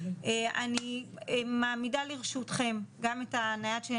אני מעמידה לרשותכם גם את הנייד שלי,